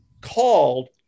called